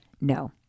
No